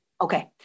Okay